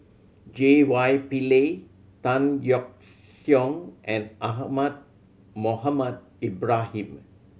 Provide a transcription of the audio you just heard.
J Y Pillay Tan Yeok Seong and Ahmad Mohamed Ibrahim